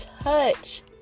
touch